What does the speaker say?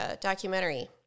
documentary